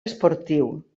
esportiu